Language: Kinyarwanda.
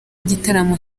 igitaramo